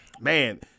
man –